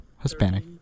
Hispanic